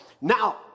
Now